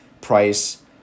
price